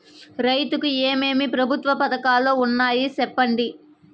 రైతుకు ఏమేమి ప్రభుత్వ పథకాలు ఉన్నాయో సెప్పండి?